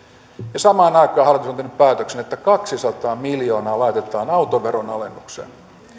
ja samaan aikaan hallitus on tehnyt päätöksen että kaksisataa miljoonaa laitetaan autoveron alennukseen